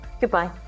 Goodbye